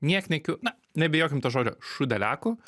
niekniekių na nebijokim to žodžio šūdelekų